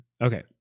Okay